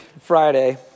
Friday